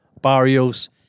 Barrios